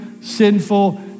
sinful